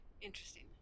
Interesting